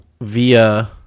via